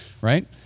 right